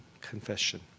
confession